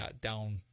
down